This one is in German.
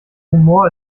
humor